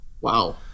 Wow